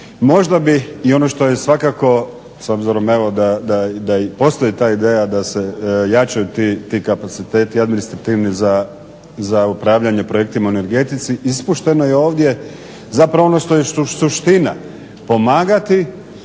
Možda bi, i ono što je svakako s obzirom evo da i postoji ta ideja da se jačaju ti kapaciteti administrativni za upravljanje projektima u energetici, ispušteno je ovdje zapravo ono što je suština – pomagati